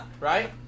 right